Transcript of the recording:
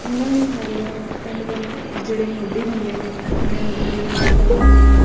ਉਹਨਾਂ ਦਾ ਹੱਲ ਪਿੰਡ ਦੇ ਨ ਜਿਹੜੇ ਮੋਢੀ ਬੰਦੇ ਨੇ ਜਾਂ ਜਿਹੜੇ ਨੰਬੜਦਾਰ ਨੇ